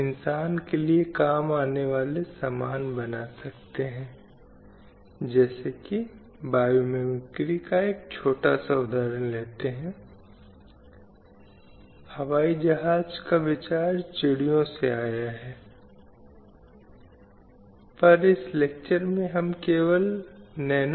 वस्तुतः विभिन्न बुराइयों ने परदे के रूप में सती के रूप में बाल विवाह के रूप में देवदासी प्रथा के रूप में कन्या भ्रूण हत्या के रूप में भारतीय समाज में प्रवेश किया और इन सभी में महिलाएं ही पूरी प्रक्रिया में इसका शिकार बनीं